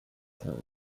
tank